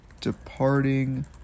departing